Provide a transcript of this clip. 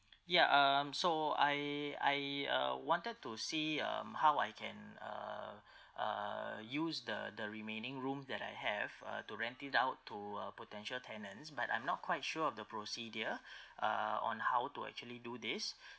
ya um so I I uh wanted to see um how I can uh uh use the the remaining room that I have uh to rent it out to uh potential tenants but I'm not quite sure of the procedure uh on how to actually do this